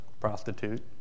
Prostitute